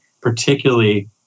particularly